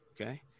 Okay